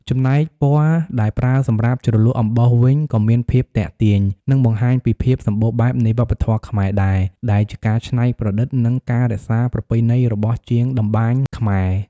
ចំណែកពណ៌ដែលប្រើសម្រាប់ជ្រលក់អំបោះវិញក៏មានភាពទាក់ទាញ និងបង្ហាញពីភាពសម្បូរបែបនៃវប្បធម៌ខ្មែរដែរ ដែលជាការច្នៃប្រឌិត និងការរក្សាប្រពៃណីរបស់ជាងតម្បាញខ្មែរ។